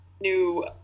new